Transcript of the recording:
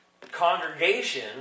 Congregation